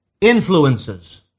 influences